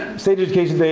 state education today,